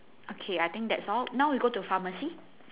okay I think that's all now we go to pharmacy